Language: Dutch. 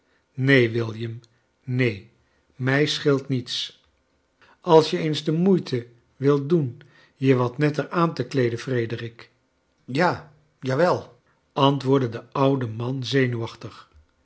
william neen mij scheelt niets als je eens de moeite wildet doen je wat netter aan te kleeden frederick ja jawel antwoordde de oude man zenuwachtig